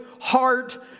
heart